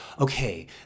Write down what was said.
okay